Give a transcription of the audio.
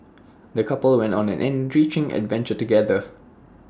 the couple went on an enriching adventure together